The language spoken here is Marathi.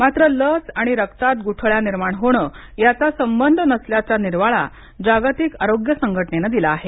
मात्र लस आणि रक्तात गुठळ्या निर्माण होणं यांचा संबंध नसल्याचा निर्वाळा जागतिक आरोग्य संघटनेनं दिला आहे